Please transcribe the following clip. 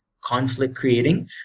conflict-creating